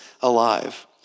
alive